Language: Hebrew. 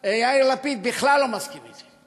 יאיר לפיד בכלל לא מסכים אתי,